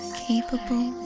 capable